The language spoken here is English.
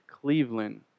Cleveland